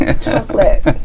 Chocolate